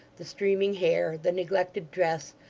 the streaming hair, the neglected dress,